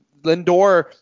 Lindor